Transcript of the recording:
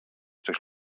coś